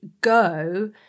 go